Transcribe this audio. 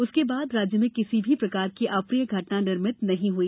उसके बाद राज्य में किसी भी प्रकार की अप्रिय घटना निर्मित नहीं हुई